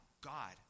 God